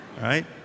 right